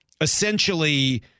Essentially